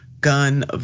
Gun